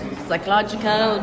psychological